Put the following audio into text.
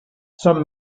some